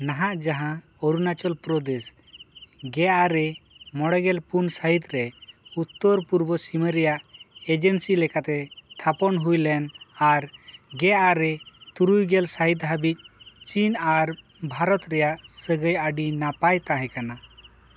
ᱱᱟᱦᱟᱜ ᱡᱟᱦᱟᱸ ᱚᱨᱩᱱᱟᱪᱚᱞ ᱯᱨᱚᱫᱮᱥ ᱜᱮ ᱟᱨᱮ ᱢᱚᱬᱮ ᱜᱮᱞ ᱯᱩᱱ ᱥᱟᱹᱦᱤᱛ ᱨᱮ ᱩᱛᱛᱚᱨ ᱯᱩᱨᱵᱚ ᱥᱤᱢᱟᱹ ᱨᱮᱭᱟᱜ ᱮᱡᱮᱱᱥᱤ ᱞᱮᱠᱟᱛᱮ ᱛᱷᱟᱯᱚᱱ ᱦᱩᱭ ᱞᱮᱱ ᱟᱨ ᱜᱮ ᱟᱨᱮ ᱛᱩᱨᱩᱭ ᱜᱮᱞ ᱥᱟᱦᱤᱛ ᱦᱟᱹᱵᱤᱡ ᱪᱤᱱ ᱟᱨ ᱵᱷᱟᱨᱚᱛ ᱨᱮᱭᱟᱜ ᱥᱟᱹᱜᱟᱹᱭ ᱟᱹᱰᱤ ᱱᱟᱯᱟᱭ ᱛᱟᱦᱮᱸ ᱠᱟᱱᱟ